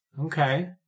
Okay